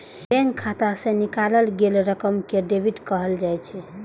bank खाता सं निकालल गेल रकम कें डेबिट कहल जाइ छै